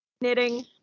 knitting